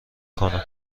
کنم